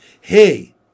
Hey